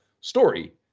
story